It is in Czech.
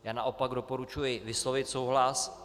Já naopak doporučuji vyslovit souhlas.